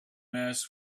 masks